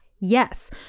Yes